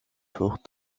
forte